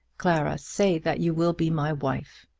clara, say that you will be my wife.